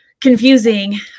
confusing